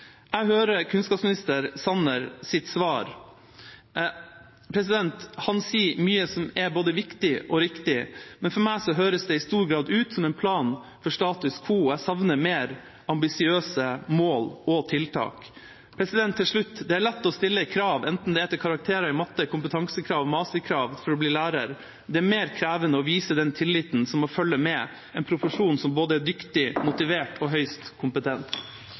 Jeg hører kunnskapsminister Sanners svar. Han sier mye som er både viktig og riktig, men for meg høres det i stor grad ut som en plan for status quo. Jeg savner mer ambisiøse mål og tiltak. Til slutt: Det er lett å stille krav enten det er til karakterer i matte, kompetansekrav eller masterkrav for å bli lærer. Det er mer krevende å vise den tilliten som må følge med en profesjon der man må være både dyktig, motivert og høyst kompetent.